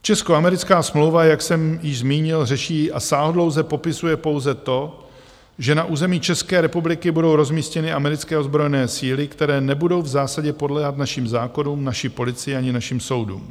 Českoamerická smlouva, jak jsem již zmínil, řeší a sáhodlouze popisuje pouze to, že na území České republiky budou rozmístěny americké ozbrojené síly, které nebudou v zásadě podléhat našim zákonům, naší policii ani našim soudům.